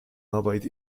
arbeit